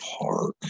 Park